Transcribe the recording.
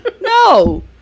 No